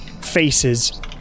faces